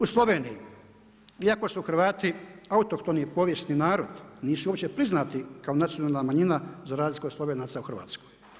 U Sloveniji, iako su Hrvati autohtoni i povijesni narod, nisu uopće priznati kao nacionalna manjina za razliku od Slovenaca u Hrvatskoj.